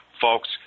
Folks